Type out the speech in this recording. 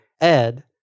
Ed